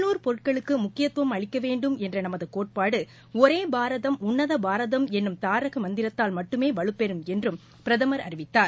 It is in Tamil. உள்ளுர் பொருட்களுக்கு முக்கியத்துவம் அளிக்க வேண்டும் என்ற நமது கோட்பாடு ஒரே பாரதம் உள்ளத பாரதம் என்னும் தாரக மந்திரத்தால் மட்டுமே வலுப்பெறம் என்று பிரதமர் அறிவித்தார்